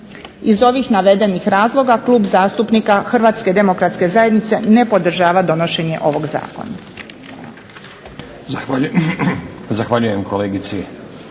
Iz ovih navedenih razloga Klub zastupnika HDZ-a ne podržava donošenje ovog zakona.